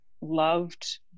loved